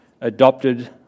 Adopted